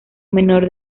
menor